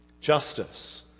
justice